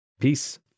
Peace